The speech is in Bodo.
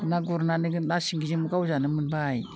ना गुरनानै ना सिंगिजोंबो गावजानो मोनबाय